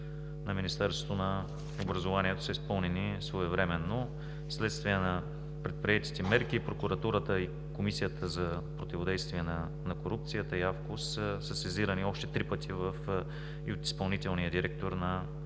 на Министерството на образованието са изпълнени своевременно. Вследствие на предприетите мерки Прокуратурата, Комисията за противодействие на корупцията и АФКОС са сезирани още три пъти и от изпълнителния директор на